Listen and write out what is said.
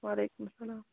وعلیکُم اسلام